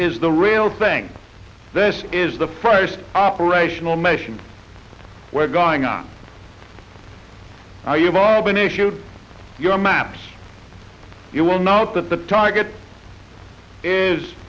is the real thing this is the first operational mission we're going on now you've all been issued your maps you will note that the target is